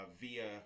via